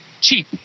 cheap